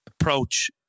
approach